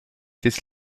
des